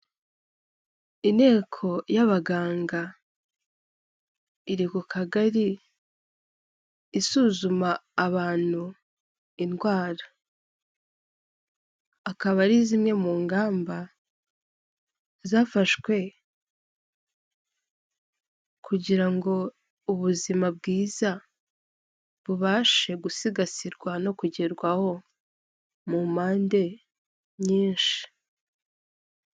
Inteko y'abaganga iri ku kagari isuzuma abantu indwara, akaba ari zimwe mumba zafashwe kugira ngo ubuzima bwiza bubashe gusigasirwa no kugerwaho mu mpande nyinshi.